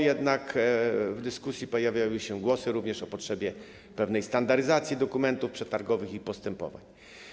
Jednak w dyskusji pojawiały się głosy również o potrzebie pewnej standaryzacji dokumentów przetargowych i postępowań.